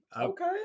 Okay